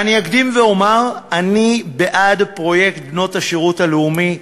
אקדים ואומר, אני בעד פרויקט בנות השירות הלאומי.